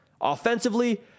Offensively